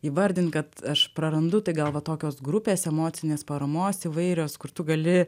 įvardint kad aš prarandu tai gal va tokios grupės emocinės paramos įvairios kur tu gali